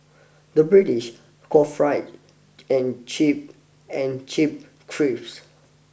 the British call fried and chip and chip crisps